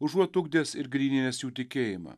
užuot ugdęs ir gryninęs jų tikėjimą